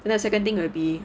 and the second thing will be